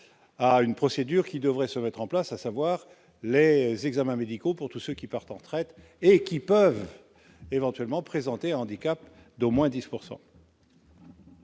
à la procédure qui va se mettre en place, à savoir les examens médicaux pour tous ceux qui partent à la retraite et qui peuvent, éventuellement, présenter un handicap d'au moins 10 %.